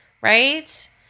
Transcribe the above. right